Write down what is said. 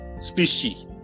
species